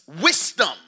wisdom